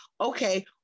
okay